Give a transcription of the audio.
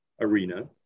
arena